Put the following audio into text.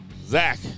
Zach